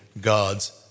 God's